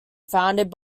founded